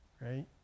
right